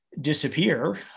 disappear